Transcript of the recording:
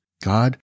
God